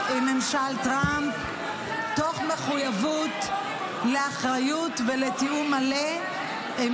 ממשלת ישראל לא יכולה להחליט לבד על ריבונות במדינתה שלה?